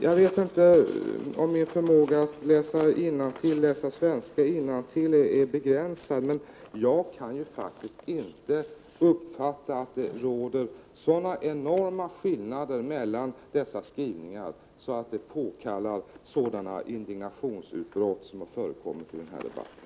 Jag vet inte om min förmåga att läsa svenska innantill är begränsad, men jag kan faktiskt inte uppfatta att det råder sådana enorma skillnader mellan dessa skrivningar att det påkallar sådana indignationsutbrott som har förekommit i den här debatten.